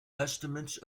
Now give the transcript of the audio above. estimates